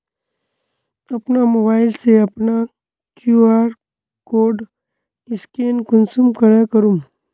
अपना मोबाईल से अपना कियु.आर कोड स्कैन कुंसम करे करूम?